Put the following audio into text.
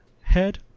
head